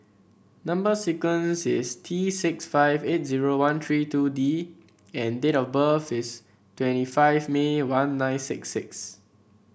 number sequence is T six five eight zero one three two D and date of birth is twenty five May one nine six six